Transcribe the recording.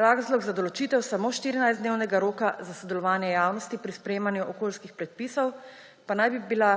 razlog za določitev samo 14-dnevnega roka za sodelovanje javnosti pri sprejemanju okoljskih predpisov pa naj bi bila